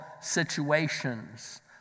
situations